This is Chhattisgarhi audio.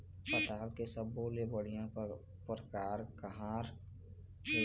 पताल के सब्बो ले बढ़िया परकार काहर ए?